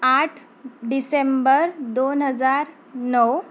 आठ डिसेंबर दोन हजार नऊ